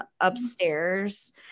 upstairs